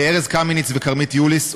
לארז קמיניץ ולכרמית יוליס,